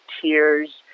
tears